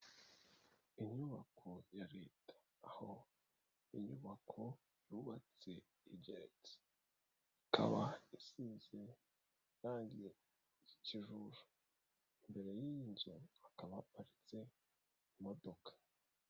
Inyubako ya leta, aho inyubako yubatse igeretse. Ikaba isize irangi ry'ikijuju. Imbere y'iyi nzu hakaba haparitse imodoka.